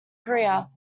korea